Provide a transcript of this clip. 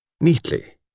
neatly